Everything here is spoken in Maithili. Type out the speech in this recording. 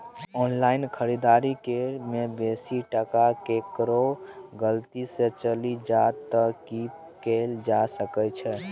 ऑनलाइन खरीददारी करै में बेसी टका केकरो गलती से चलि जा त की कैल जा सकै छै?